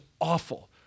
awful